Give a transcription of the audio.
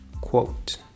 quote